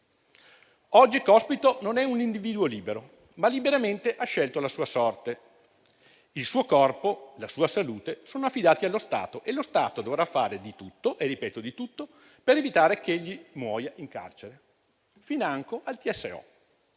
Oggi Cospito non è un individuo libero, ma liberamente ha scelto la sua sorte: il suo corpo e la sua salute sono affidati allo Stato e lo Stato dovrà fare di tutto - lo ripeto: di tutto - per evitare che egli muoia in carcere, financo